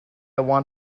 want